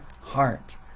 heart